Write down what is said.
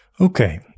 Okay